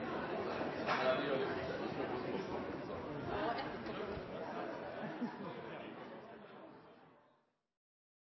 redegjørelse